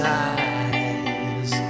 eyes